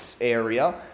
area